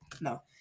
No